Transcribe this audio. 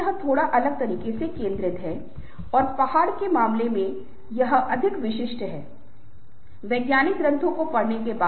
तो यह अभिविन्याससंघर्ष उद्भव और सुदृढीकरण है प्रगति का मतलब है एक एक करके समूह कैसे कदम से कदम मिला के आगे बढ़ता है